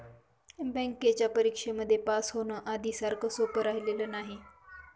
बँकेच्या परीक्षेमध्ये पास होण, आधी सारखं सोपं राहिलेलं नाही